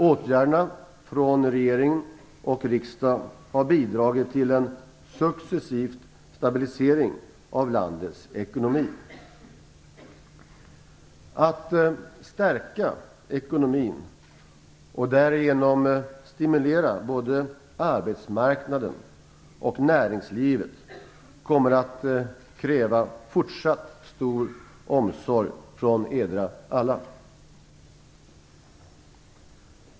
Åtgärderna från regering och riksdag har bidragit till en successiv stabilisering av landets ekonomi. Att stärka ekonomin, och därigenom stimulera både arbetsmarknaden och näringslivet, kommer att kräva fortsatt stor omsorg från Eder alla.